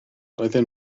roedden